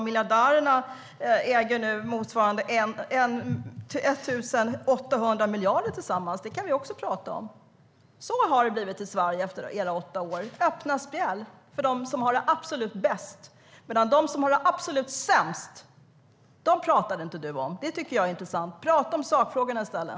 Miljardärerna äger nu motsvarande 1 800 miljarder tillsammans. Det kan vi också prata om. Så har det blivit i Sverige efter era åtta år: öppna spjäll för dem som har det absolut bäst. Men de som har det absolut sämst pratar du inte om. Det är intressant. Prata om sakfrågorna i stället!